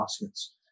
baskets